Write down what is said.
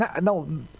no